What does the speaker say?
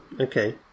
Okay